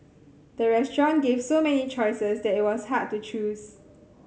the restaurant gave so many choices that it was hard to choose